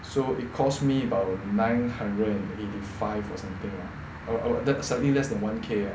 so it cost me about nine hundred and eighty five or something or o~ or slightly less than one K ah